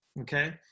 okay